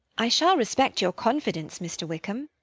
i shall respect your confidence, mr. wickham.